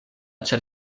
ĉar